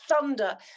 thunder